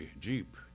jeep